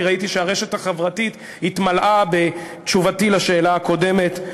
כי ראיתי שהרשת החברתית התמלאה בתשובתי על השאלה הקודמת,